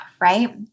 right